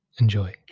Enjoy